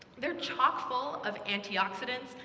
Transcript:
they're chock-full of antioxidants,